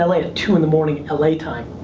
l a. at two in the morning l a. time.